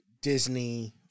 Disney